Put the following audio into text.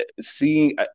Seeing